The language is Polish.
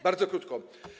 Bardzo krótko.